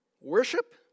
worship